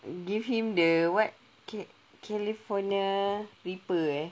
give him the what ca~ california pepper eh